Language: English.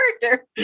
character